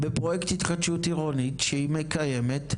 בפרויקט התחדשות עירונית שהיא מקיימת,